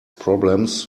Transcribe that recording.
problems